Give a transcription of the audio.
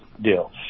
deal